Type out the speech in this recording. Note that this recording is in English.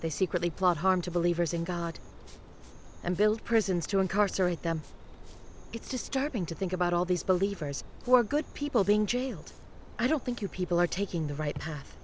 they secretly plot harm to believers in god and build prisons to incarcerate them it's disturbing to think about all these believers who are good people being jailed i don't think you people are taking the right path